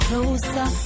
Closer